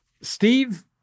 Steve